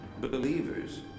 Believers